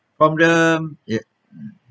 from the y~